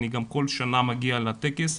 כל שנה אני מגיע לטקס,